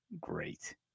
great